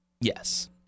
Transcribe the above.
Yes